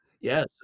yes